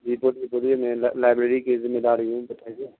جی میں لا لائبریری کے ذمہ دار یہیں پہ بیٹھے ہیں